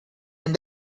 and